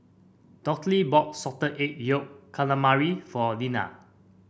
Dorthey bought Salted Egg Yolk Calamari for Liller